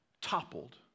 toppled